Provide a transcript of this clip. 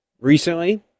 Recently